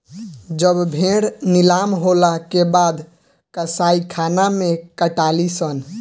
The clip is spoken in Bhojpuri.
जब भेड़ नीलाम होला के बाद कसाईखाना मे कटाली सन